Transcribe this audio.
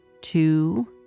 two